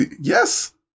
Yes